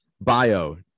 bio